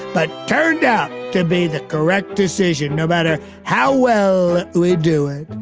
but turned out to be the correct decision no matter how well we do it,